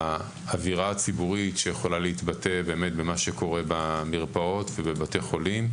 שהאווירה הציבורית שיכולה להתבטא במה שקורה במרפאות ובבתי החולים,